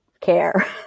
care